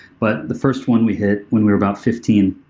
but the first one we hit when we were about fifteen